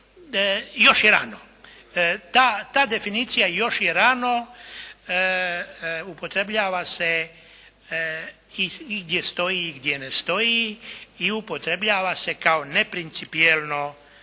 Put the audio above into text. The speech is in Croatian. još je rano. Ta definicija još je rano upotrebljava se i gdje stoji i gdje ne stoji. I upotrebljava se kao neprincipijelno